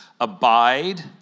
abide